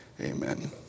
amen